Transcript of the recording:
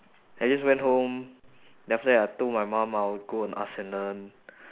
I just went home then after that I told my mum I would go on asknlearn